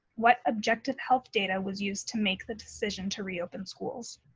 what objective health data was used to make the decision to reopen schools?